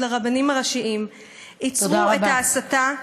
לרבנים הראשיים: עצרו את ההסתה.